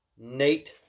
Nate